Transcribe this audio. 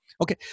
Okay